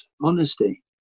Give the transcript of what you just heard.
honesty